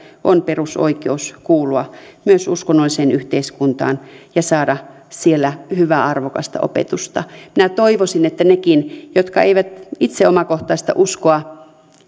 on perusoikeus kuulua myös uskonnolliseen yhteiskuntaan ja saada siellä hyvää arvokasta opetusta minä toivoisin että nekin jotka eivät itse omakohtaista uskoa